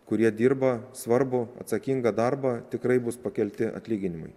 kurie dirba svarbų atsakingą darbą tikrai bus pakelti atlyginimai